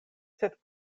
sed